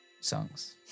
songs